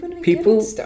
people